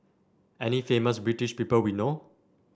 any famous British people we know